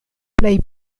plej